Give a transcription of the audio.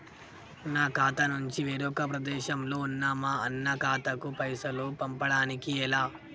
నా ఖాతా నుంచి వేరొక ప్రదేశంలో ఉన్న మా అన్న ఖాతాకు పైసలు పంపడానికి ఎలా?